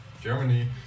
Germany